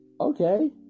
Okay